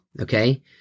Okay